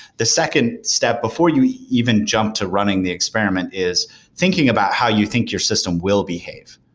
the second step before you even jump to running the experiment is thinking about how you think your system will behave.